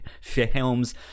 films